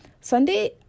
Sunday